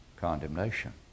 condemnation